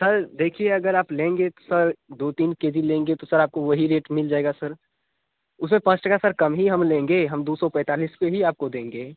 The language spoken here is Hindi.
सर देखिए अगर आप लेंगे सर दो तीन केजी लेंगे तो सर आपको वही रेट मिल जाएगा सर उसमें पाँच टका सर कम ही हम लेंगे हम दो सौ पैंतालीस पर ही आपको देंगे